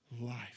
life